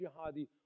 jihadi